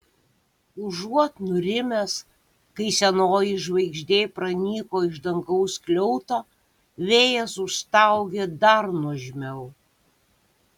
užuot nurimęs kai senoji žvaigždė pranyko iš dangaus skliauto vėjas užstaugė dar nuožmiau